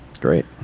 Great